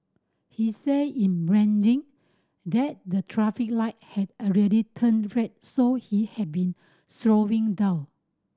he said in Mandarin that the traffic light had already turned red so he had been slowing down